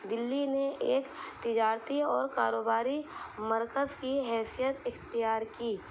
دلی نے ایک تجارتی اور کاروباری مرکز کی حیثیت اختیار کی